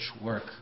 work